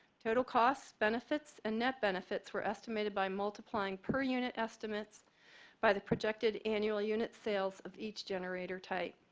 total costs, benefits and net benefits were estimated by multiplying per unit estimates by the projected annual unit sales of each generator type.